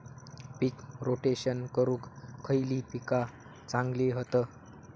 पीक rotation करूक खयली पीका चांगली हत?